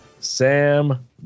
Sam